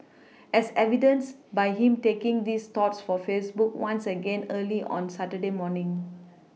as evidenced by him taking his thoughts to Facebook once again early on Saturday morning